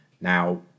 Now